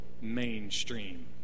mainstream